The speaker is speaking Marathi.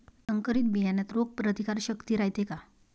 संकरित बियान्यात रोग प्रतिकारशक्ती रायते का?